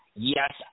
Yes